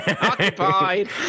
occupied